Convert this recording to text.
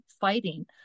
fighting